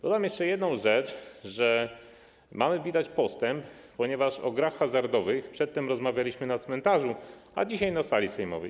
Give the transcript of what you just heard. Dodam jeszcze jedną rzecz: mamy, widać, postęp, ponieważ o grach hazardowych przedtem rozmawialiśmy na cmentarzu, a dzisiaj - na sali sejmowej.